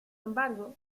embargo